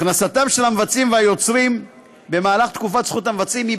הכנסתם של המבצעים והיוצרים במהלך תקופת זכות המבצעים היא,